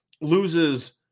loses